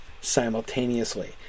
simultaneously